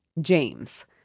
James